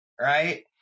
right